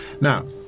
Now